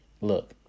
look